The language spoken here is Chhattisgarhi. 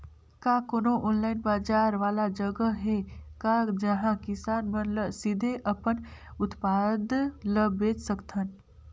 का कोनो ऑनलाइन बाजार वाला जगह हे का जहां किसान मन ल सीधे अपन उत्पाद ल बेच सकथन?